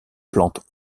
plantes